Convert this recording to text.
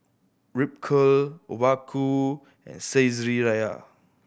Ripcurl Obaku and Saizeriya